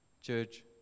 church